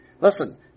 Listen